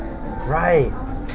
Right